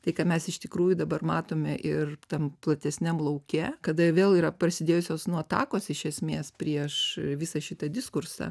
tai ką mes iš tikrųjų dabar matome ir tam platesniam lauke kada vėl yra prasidėjusios nu atakos iš esmės prieš visą šitą diskursą